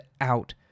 out